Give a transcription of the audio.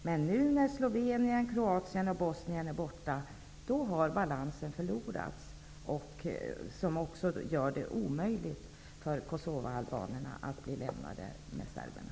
Men nu när Slovenien, Kroatien och Bosnien är borta har balansen gått förlorad, vilket gör det omöjligt för kosovoalbanerna att bli lämnade med serberna.